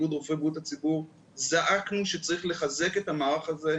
איגוד רופאי בריאות הציבור זעקנו שצריך לחזק את המערך הזה.